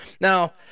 Now